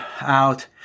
out